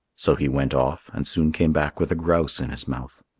so he went off and soon came back with a grouse in his mouth.